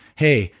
hey,